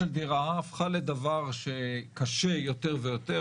לכן קנייה של דירה הפכה לדבר שהוא קשה יותר ויותר,